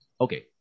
okay